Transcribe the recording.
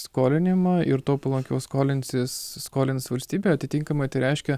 skolinimą ir tuo palankiau skolinsis skolins valstybė atitinkamai tai reiškia